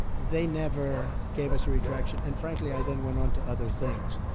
they never gave us a retraction. and, frankly, i then went on to other things.